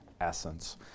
essence